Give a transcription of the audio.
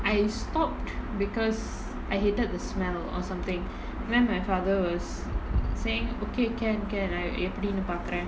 I stopped because I hated the smell or something then my father was saying okay can can i எப்டினு பாக்குறேன்:epdindu paakuraen